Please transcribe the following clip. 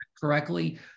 correctly